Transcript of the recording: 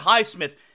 Highsmith